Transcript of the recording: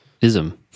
ism